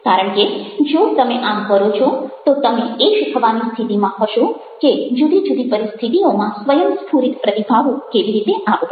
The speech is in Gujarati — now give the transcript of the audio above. કારણ કે જો તમે આમ કરો છો તો તમે એ શીખવાની સ્થિતિમાં હશો કે જુદી જુદી પરિસ્થિતિઓમાં સ્વયંસ્ફુરિત પ્રતિભાવો કેવી રીતે આપવા